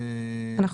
נכון,